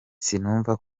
sinumva